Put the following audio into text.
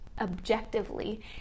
objectively